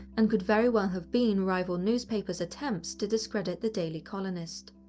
and could very well have been rival newspapers' attempts to discredit the daily colonist.